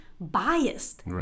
biased